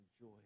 joy